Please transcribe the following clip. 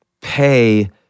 pay